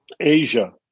asia